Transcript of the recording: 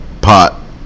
pot